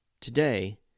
Today